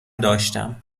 داشتم